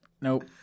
Nope